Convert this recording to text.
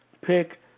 pick